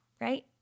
right